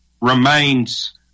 remains